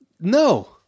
No